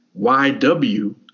YW